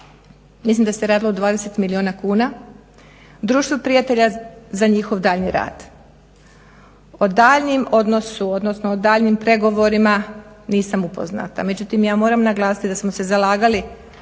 mislim da se radilo o 20 milijuna kuna, Društvo prijatelja za njihov daljnji rad. O daljnjim odnosu, odnosno o daljnjim pregovorima nisam upoznata. Međutim ja moram naglasiti da smo se zalagali,